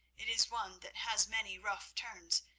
it is one that has many rough turns,